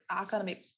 economic